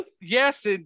yes